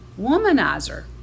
womanizer